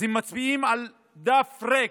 אז הם מצביעים על דף ריק,